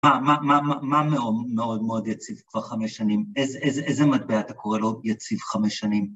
מה מאוד יציב כבר חמש שנים? איזה מטבע אתה קורא לו יציב חמש שנים?